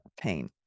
pain